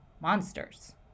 monsters